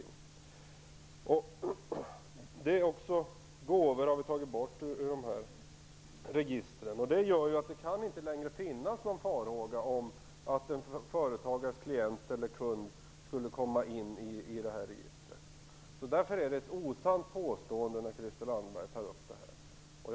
Gåvor har vi också tagit bort ur det här registret. Det gör att det inte längre kan finnas någon farhåga om att en företagares klient eller kund kan komma in i registret. Därför är det ett osant påstående som Christel Anderberg gör.